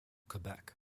quebec